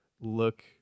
look